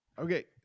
okay